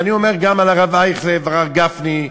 ואני אומר גם על הרב אייכלר וגם על הרב גפני,